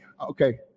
Okay